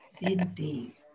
indeed